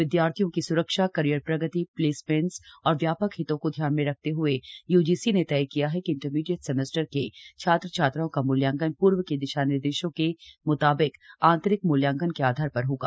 विद्यार्थियों की स्रक्षा करियर प्रगति प्लेसमेंट और व्यापक हितों को ध्यान में रखते हए यूजीसी ने तय किया है कि इंटरमीडिएट सेमेस्टर के छात्र छात्राओं का मूल्यांकन पूर्व के दिशानिर्देशों के मुताबिक आंतरिक मूल्यांकन के आधार पर होगा